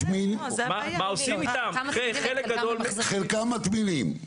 חלקם מטמינים.